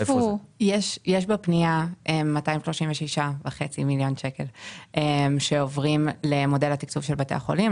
יש בפנייה 236.5 מיליון שקל שעוברים למודל התקצוב של בתי החולים,